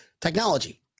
technology